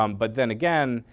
um but then again,